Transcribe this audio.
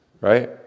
Right